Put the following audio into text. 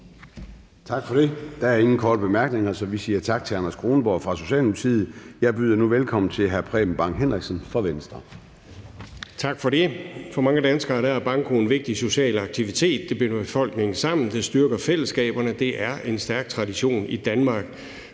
Tak for det. Der er ingen korte bemærkninger, så vi siger tak til hr. Anders Kronborg fra Socialdemokratiet. Jeg byder nu velkommen til hr. Preben Bang Henriksen fra Venstre. Kl. 16:45 (Ordfører) Preben Bang Henriksen (V): Tak for det. For mange danskere er banko en vigtig social aktivitet. Det binder befolkningen sammen, og det styrker fællesskaberne. Det er en stærk tradition i Danmark.